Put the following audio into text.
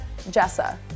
Jessa